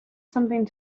something